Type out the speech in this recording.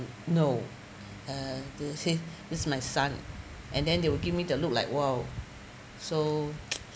no uh he is my son and then they will give me the look like !whoa! so